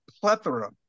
plethora